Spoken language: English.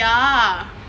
ya